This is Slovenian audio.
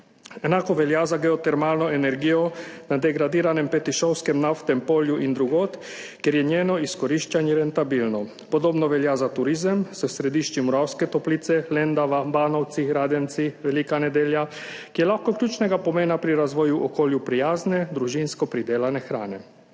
Enako velja za geotermalno energijo na degradiranem Petišovskem naftnem polju in drugod, ker je njeno izkoriščanje rentabilno. Podobno velja za turizem s središči Moravske Toplice, Lendava, Banovci, Radenci, Velika Nedelja, ki je lahko ključnega pomena pri razvoju okolju prijazne, družinsko pridelane hrane.